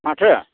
माथो